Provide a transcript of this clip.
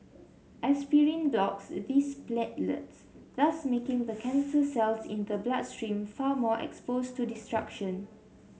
aspirin blocks these platelets thus making the cancer cells in the bloodstream far more exposed to destruction